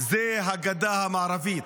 היא הגדה המערבית,